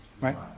right